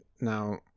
Now